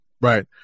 Right